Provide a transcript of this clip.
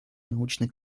научно